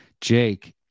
Jake